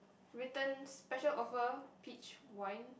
written special offer peach wine